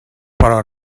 però